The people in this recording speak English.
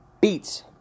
beats